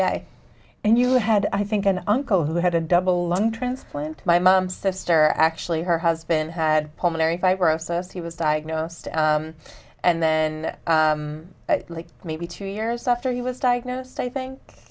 day and you had i think an uncle who had a double lung transplant my mom's sister actually her husband had pulmonary fibrosis he was diagnosed and then maybe two years after he was diagnosed i think